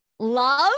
Love